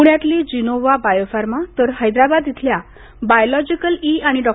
पुण्यातली जीनोव्हा बायोफार्मा तर हैदराबाद इथल्या बायोलॉजिकल ई आणि डॉ